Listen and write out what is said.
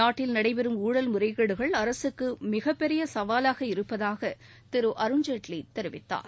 நாட்டில் நடைபெறும் ஊழல் முறைகேடுகள் அரசுக்கு மிகப்பெரிய சவாலாக இருப்பதாக திரு அருண்ஜெட்லி தெரிவித்தார்